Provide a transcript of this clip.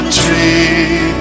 tree